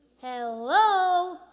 Hello